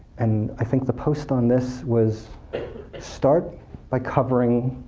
and i think the post on this was start by covering